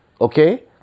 Okay